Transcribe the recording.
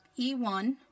E1